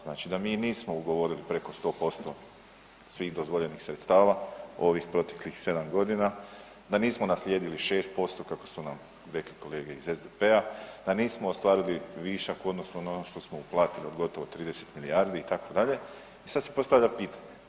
Znači da mi nismo ugovorili preko 100% svih dozvoljenih sredstava, ovih proteklih 7 godina, da nismo naslijedili 6%, kako su nam rekli kolege iz SDP-a, da nismo ostvarili višak u odnosu na ono što smo uplatili od gotovo 30 milijardi, itd., i sad se postavlja pitanje.